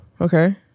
okay